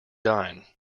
dine